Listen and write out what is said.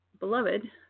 Beloved